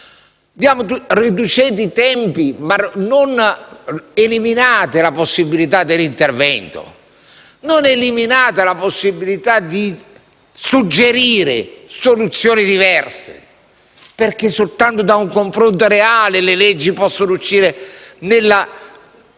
Riducete i tempi, ma non eliminate la possibilità di intervento, non eliminate la possibilità di suggerire soluzioni diverse, perché soltanto da un confronto reale le leggi possono essere conformi